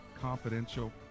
confidential